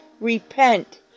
repent